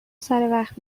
سروقت